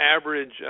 average